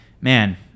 Man